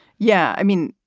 yeah i mean,